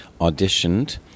auditioned